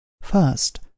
First